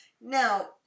Now